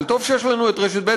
אבל טוב שיש לנו רשת ב',